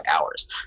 hours